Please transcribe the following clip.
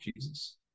Jesus